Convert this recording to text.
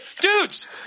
dudes